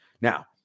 Now